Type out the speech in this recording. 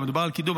מדובר על קידום.